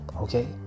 Okay